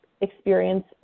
experience